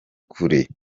kure